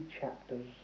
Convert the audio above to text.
chapters